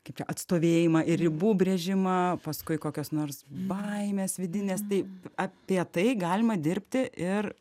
kaip čia atstovėjimą ir ribų brėžimą paskui kokios nors baimės vidinės taip apie tai galima dirbti ir